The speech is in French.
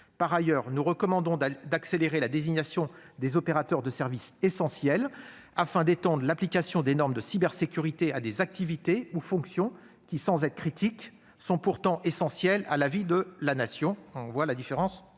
Par ailleurs, nous recommandons d'accélérer la désignation des opérateurs de services essentiels afin d'étendre l'application de normes de cybersécurité à des activités ou fonctions qui, sans être critiques, sont pourtant essentielles à la vie de la Nation ; on perçoit bien, en ce